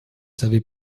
savez